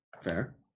Fair